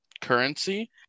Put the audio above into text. currency